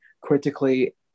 critically